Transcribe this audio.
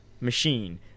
machine